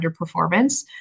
underperformance